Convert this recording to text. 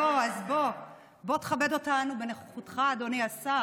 בוא, בוא תכבד אותנו בנוכחותך, אדוני השר.